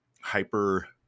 hyper